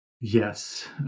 Yes